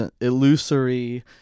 illusory